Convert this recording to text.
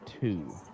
two